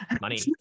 Money